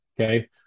Okay